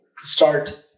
start